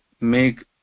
make